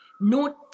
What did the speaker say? note